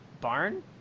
Barn